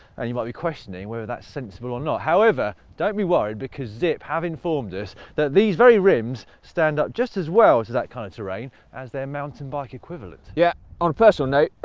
and you might be questioning whether that's sensible or not. however, don't be worried because zipp have informed us that these very rims stand up just as well to that kind of terrain as their mountain bike equivalent. yeah, on a personal note,